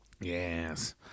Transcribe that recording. yes